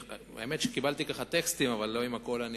האמת היא שקיבלתי טקסטים, אבל לא את הכול אני